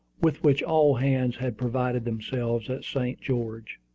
with which all hands had provided themselves at st. george.